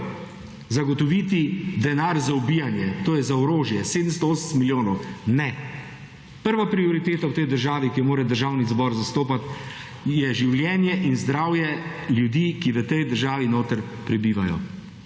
zagotoviti denar za ubijanje, to je za orožje, 780 milijonov, ne. Prva prioriteta v tej državi, ki jo mora Državni zbor zastopati, je življenje in zdravje ljudi, ki v tej državi noter prebivajo.